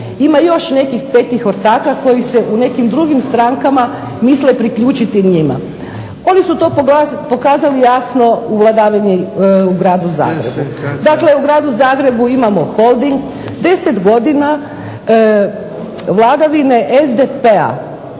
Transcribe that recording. Ima još nekih 5. Ortaka koji se u nekim drugim strankama misle priključiti njima. Oni su to pokazali jasno u vladavini u gradu Zagrebu. Dakle, u gradu Zagrebu imamo Holding, 10 godina vladavine SDP-a,